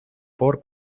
por